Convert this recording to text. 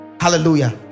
hallelujah